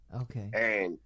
Okay